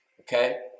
okay